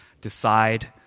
decide